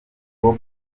bob